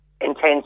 intense